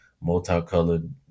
multicolored